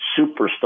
superstar